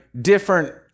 different